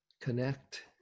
connect